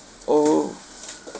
oh